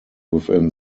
within